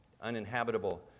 uninhabitable